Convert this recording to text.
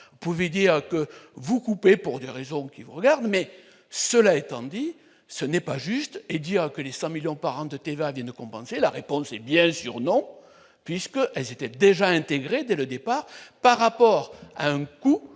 choix pouvait dire que vous coupez pour des raisons qui vous regardent, mais cela étant dit, ce n'est pas juste et dire que les 100 millions par an de t'évader ne compensait la réponse est bien sûr non puisque elles étaient déjà intégré dès le départ par rapport à un coût